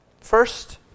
First